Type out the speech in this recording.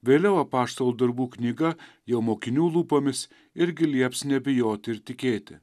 vėliau apaštalų darbų knyga jo mokinių lūpomis irgi lieps nebijoti ir tikėti